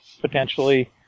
potentially